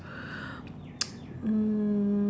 mm